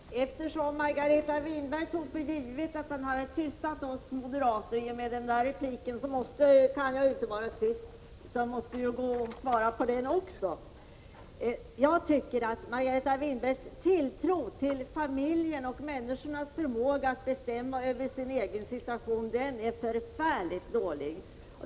Herr talman! Eftersom Margareta Winberg tog för givet att hon med den repliken hade tystat oss moderater måste jag besvara den också. Jag tycker att Margareta Winbergs tilltro till familjen och till människornas förmåga att bestämma över sin egen situation är förfärligt dålig.